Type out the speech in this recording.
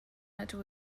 ydw